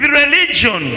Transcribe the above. religion